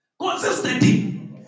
consistency